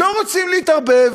לא רוצים להתערבב.